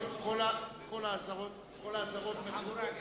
כל האזהרות מבוטלות.